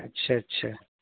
اچھا اچھا